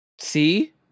See